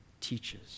teaches